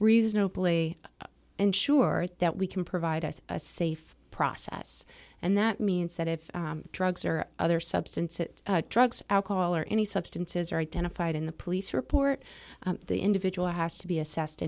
reasonably ensure that we can provide us a safe process and that means that if drugs or other substances drugs or alcohol or any substances are identified in the police report the individual has to be assessed